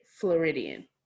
Floridian